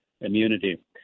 immunity